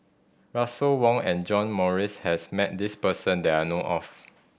Russel Wong and John Morrice has met this person that I know of